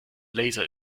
laser